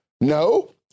No